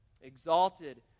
Exalted